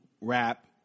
rap